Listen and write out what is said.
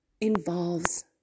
involves